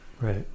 Right